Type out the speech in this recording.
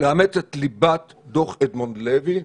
לאמץ את ליבת דוח אדמונד לוי,